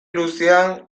luzean